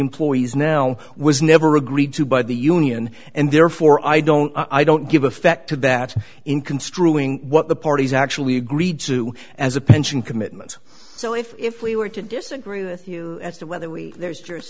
employees now was never agreed to by the union and therefore i don't i don't give effect to that in construing what the parties actually agreed to as a pension commitment so if we were to disagree with you as to whether we there's